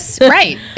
right